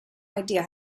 idea